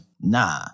nah